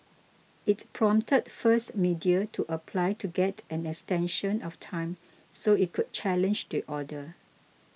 it prompted First Media to apply to get an extension of time so it could challenge the order